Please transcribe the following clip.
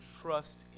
trust